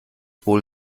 wohl